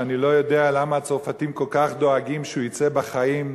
שאני לא יודע למה הצרפתים כל כך דואגים שהוא יצא בחיים,